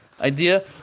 idea